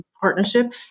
partnership